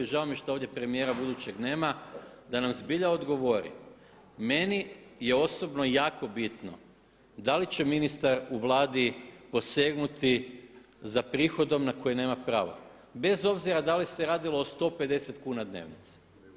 Žao mi je što ovdje budućeg premijera nema, da nam zbilja odgovori, meni je osobno jako bitno da li će ministar u Vladi posegnuti za prihodom na koji nema pravo, bez obzira da li se radilo o 150 kuna dnevnice.